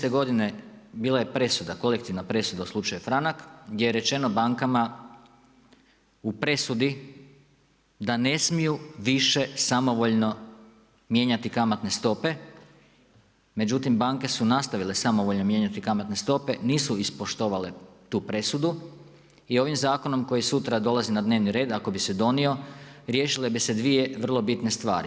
2013. godine bila je presuda, kolektivna presuda u „slučaju Franak“ gdje je rečeno bankama u presudi da ne smiju više samovoljno mijenjati kamatne stope, međutim banke su nastavile samovoljno mijenjati kamatne stope, nisu ispoštovale tu presudu i ovim zakonom koji sutra dolazi na dnevni red, ako bi se donio riješile bi se dvije vrlo bitne stvari.